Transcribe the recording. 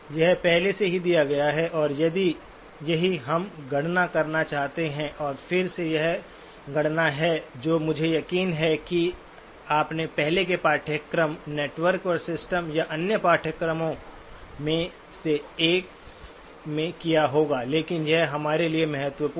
यह पहले से ही दिया गया है और यही हम गणना करना चाहते हैं और फिर से यह गणना है जो मुझे यकीन है कि आपने पहले के पाठ्यक्रम नेटवर्क और सिस्टम या अन्य पाठ्यक्रमों में से एक में किया होगा लेकिन यह हमारे लिए महत्वपूर्ण है